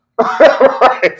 Right